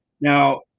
Now